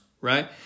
right